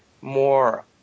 more